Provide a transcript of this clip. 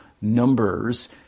numbers